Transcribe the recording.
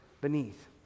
beneath